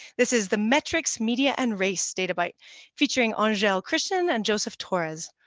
this is the metrics media and race databite featuring angele christin and joseph torres.